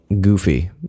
goofy